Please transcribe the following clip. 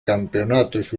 campeonatos